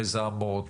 שמזהמות,